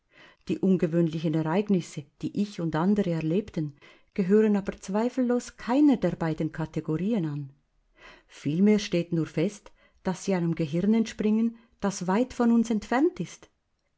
die ungewöhnlichen ereignisse die ich und andere erlebten gehören aber zweifellos keiner der beiden kategorien an vielmehr steht nur fest daß sie einem gehirn entspringen das weit von uns entfernt ist